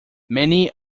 many